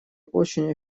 очень